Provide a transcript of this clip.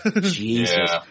Jesus